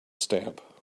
stamp